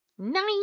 nine